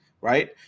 right